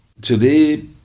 today